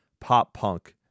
pop-punk